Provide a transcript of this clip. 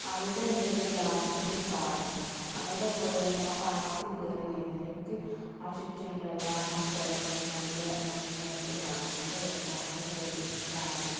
അവിടെ ഉണ്ട് ഒരു ഗ്ലാസിന്റെ പാലം അവിടെ പോയത് കൊണ്ട് ആ പാലത്തിൽ കയറി കഴിഞ്ഞാൽ നമ്മൾക്ക് ആ ചുറ്റിനുമുള്ള എല്ലാ സ്ഥലങ്ങളും നല്ല ഭംഗിയായിട്ട് കാണാം നല്ല രസമാണ് അവിടെ കയറി കാണാൻ